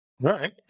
Right